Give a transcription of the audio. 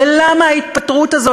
ולמה ההתפטרות הזאת?